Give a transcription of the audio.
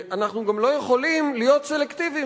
ואנחנו גם לא יכולים להיות סלקטיביים